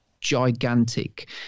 gigantic